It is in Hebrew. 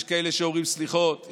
יש כאלה שאומרים סליחות,